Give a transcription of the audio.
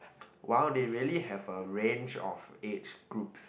!wow! they really have a range of age groups